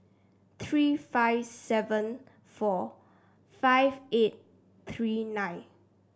three five seven four five eight three nine